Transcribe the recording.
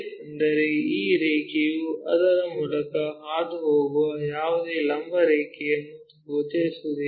ಅಂದರೆ ಈ ರೇಖೆಯು ಅದರ ಮೂಲಕ ಹಾದುಹೋಗುವ ಯಾವುದೇ ಲಂಬ ರೇಖೆಯನ್ನು ಗೋಚರಿಸುವುದಿಲ್ಲ